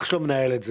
אח שלו מנהל את זה.